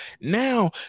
now